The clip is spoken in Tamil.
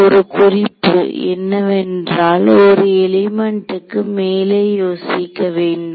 ஒரு குறிப்பு என்னவென்றால் ஒரு எலிமெண்ட்க்கு மேலே யோசிக்க வேண்டும்